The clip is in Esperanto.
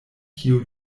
kio